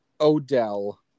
Odell